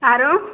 आरो